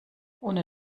ohne